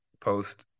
post